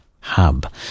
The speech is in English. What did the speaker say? Hub